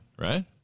right